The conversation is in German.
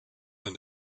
man